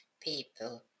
people